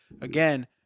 again